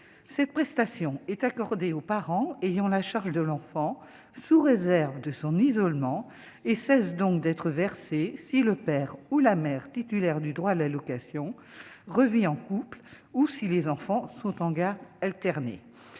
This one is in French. cette prestation est accordée aux parents ayant la charge de l'enfant, sous réserve de son isolement et cesse donc d'être versés si le père ou la mère titulaire du droit à l'allocation Revit en couples ou si les enfants sont en garde alternée,